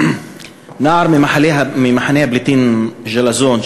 נער ממחנה הפליטים ג'לזון,